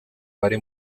bari